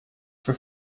for